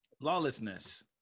Lawlessness